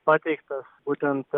pateiktas būtent